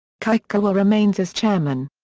kikukawa remains as chairman.